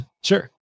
Sure